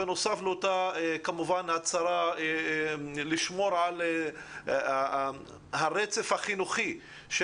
בנוסף לאותה הצהרה לשמור על הרצף החינוכי של